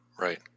Right